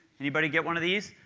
anybody get one of these?